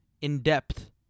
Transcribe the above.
in-depth